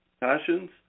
passions